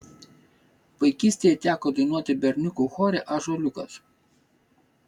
vaikystėje teko dainuoti berniukų chore ąžuoliukas